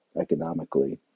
economically